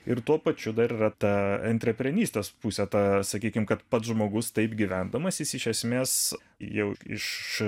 ir tuo pačiu dar yra ta antreprenerystės pusė ta sakykim kad pats žmogus taip gyvendamas jis iš esmės jau iš